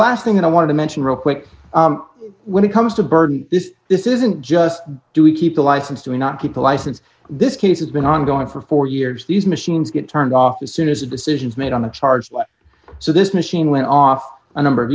last thing that i wanted to mention real quick when it comes to burden this this isn't just do we keep a license do we not keep a license this case has been ongoing for four years these machines get turned off as soon as decisions made on a charge so this machine went off a number of